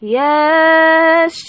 yes